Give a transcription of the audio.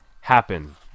happen